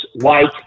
white